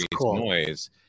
noise